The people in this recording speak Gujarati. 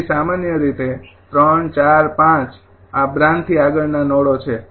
તેથી સામાન્ય રીતે ૩૪૫ આ બ્રાન્ચથી આગળનાઆ નોડો છે